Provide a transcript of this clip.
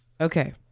Okay